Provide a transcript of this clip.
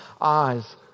eyes